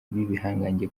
b’ibihangange